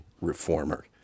reformer